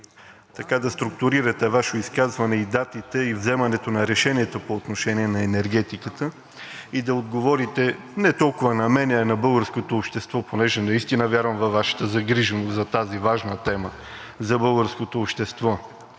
искам да структурирате Вашето изказване, датите и вземането на решенията по отношение на енергетиката и да отговорите – не толкова на мен, а на българското общество, понеже наистина вярвам във Вашата загриженост за тази важна тема за българското общество